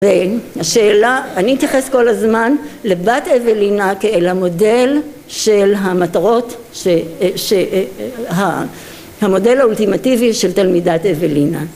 והשאלה אני אתייחס כל הזמן לבת אבלינה כאל המודל של המטרות, המודל האולטימטיבי של תלמידת אבלינה